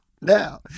Now